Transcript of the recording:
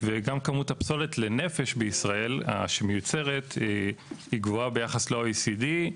וגם כמות הפסולת לנפש שמיוצרת בישראל גבוהה ביחס ל-OECD.